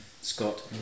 scott